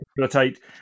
facilitate